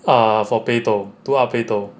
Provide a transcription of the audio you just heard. uh for beidou to up beidou